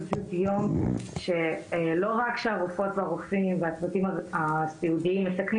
פשוט עוד יום שלא רק שהצוותים הרפואיים והסיעודיים מסכנים